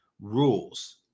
rules